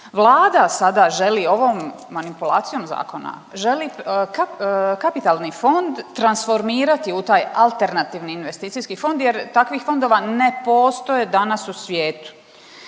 Vlada sada želi, ovom manipulacijom zakona želi kapitalni fond transformirati u taj alternativni investicijski fond jer takvih fondova ne postoje danas u svijetu.